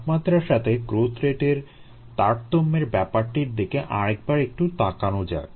তাপমাত্রার সাথে গ্রোথ রেটের তারতম্যের ব্যাপারটির দিকে আরেকবার একটু তাকানো যাক